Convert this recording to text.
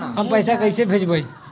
हम पैसा कईसे भेजबई?